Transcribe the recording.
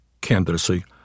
candidacy